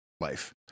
life